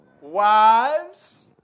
wives